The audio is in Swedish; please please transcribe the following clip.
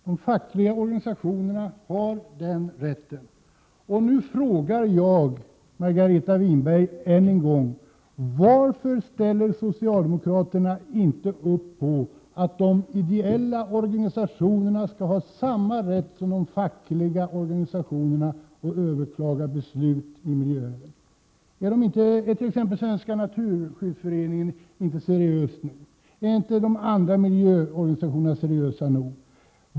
De fackliga organisationerna har den rätten. Nu frågar jag Margareta Winberg än en gång: Varför ställer socialdemokraterna inte upp på att de ideella organisationerna skall ha samma rätt som de fackliga att överklaga beslut angående miljön? Svenska naturskyddsföreningen tillräckligt seriös? Är inte de andra miljöorganisationerna seriösa nog?